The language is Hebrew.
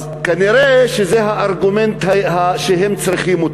אז כנראה זה הארגומנט שהם צריכים.